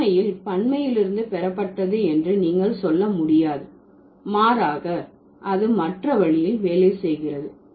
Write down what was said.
உண்மையில் பன்மையிலிருந்து பெறப்பட்டது என்று நீங்கள் சொல்ல முடியாது மாறாக அது மற்ற வழியில் வேலை செய்கிறது